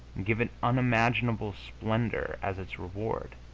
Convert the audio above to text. give it unimaginable splendor as its reward.